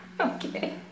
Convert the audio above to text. Okay